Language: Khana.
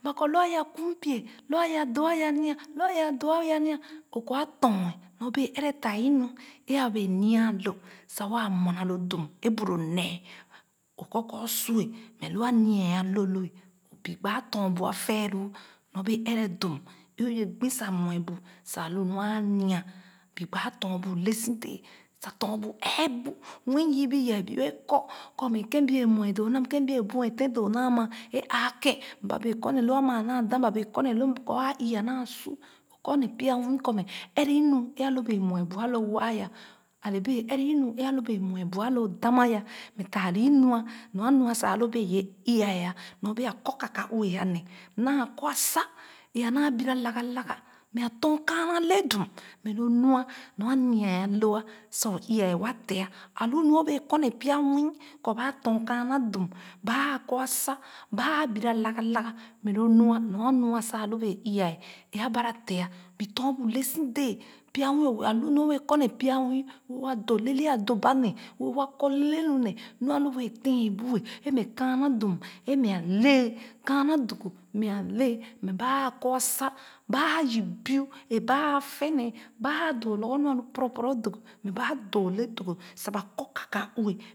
Ba kɔ a lo a ya kum pie lo a ya doo a ya nya lo a ya doo ya nya o kɔ a tɔn nyo bee ɛrɛ fah inu e a bee nya a lo sa waa mue naa lo dum e bu lo nee o kɔ kɔ su ah nɛ lo a nya a lo lo bu gbaa tɔn bu a fɛɛ loo nyo bee ɛrɛ dum e ̄ ge gbu sa mue bu sa lo nu nya bu gba biye be wɛɛ kɔ kɔ mɛ kèn bu wɛɛ mue doo naa ma kèn bu wɛɛ buete doo naa ma e aakēn ba bee kɔ nee lo a ma a naa dah ba bee kɔ nee lo m kɔ āa ii a naa su kɔ nee pya mwii kɔ mɛ ɛrɛ inu ē a lo bee mue bu a lo waa ya a le bee ɛrɛ inu a lo bee mue bu a lo dam ye mɛ tah lo inu nua mua sa a lo bee ye ii-ya nyo bee a kɔ kakaue a ne naa kɔ a sa e anaa bora laga laga mɛ a tɔn kaa na le dum mɛ lo nu nyo anu a lo a sa iiya wa te a lu nu o bee kɔ ne pya nwii kɔ ba tɔn kaana dum ba ah kɔ asa ba ãa bora laga laga mɛ lo nu nua nua nua mua sa a lo bee iiiya e abara te bi tɔn bu le su dee pya nwiil o a lu nu o bee kɔ nee pya nwiil wa dɔ leele a dɔ ba nee wa kɔ leele nu ne nu a lo bee tèren bu ah e mɛ kaana dum e mɛ a lɛɛ kaana dogo mɛ lɛɛ mɛ ba a kɔ asa ba yup biu e ba āā fɛ nee ba āā doo lorgor nu a lo poro poro dogo mɛ ba a doo le dogo sa ba kɔ kakaue.